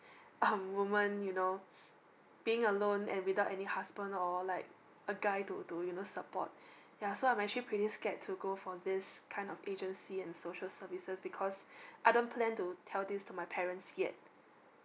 um woman you know being alone and without any husband or like a guy to to you know support yeah so I'm actually pretty scared to go for this kind of agency and social services because I don't plan to tell this to my parents yet